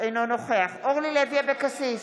אינו נוכח אורלי לוי אבקסיס,